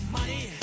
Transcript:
money